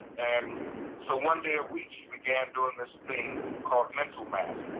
and so one day a week she began doing this thing called, mental math.